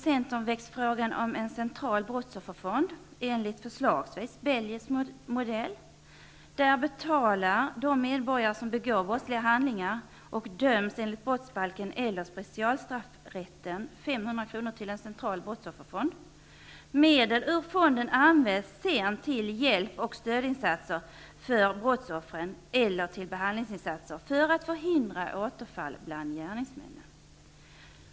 Centern väcks frågan om en central brottsofferfond enligt förslagsvis belgisk modell. Där betalar de medborgare som begår brottsliga handlingar och döms enligt brottsbalken eller specialstraffrätten 500 kr. till en central brottsofferfond. Medel ur fonden används sedan till hjälp och stödinsatser för brottsoffren eller till behandlingsinsatser för att förhindra återfall bland gärningsmännen.